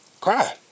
Cry